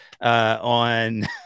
on